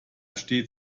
steht